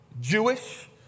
Jewish